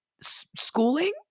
schooling